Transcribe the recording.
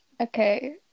Okay